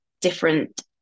different